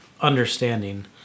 understanding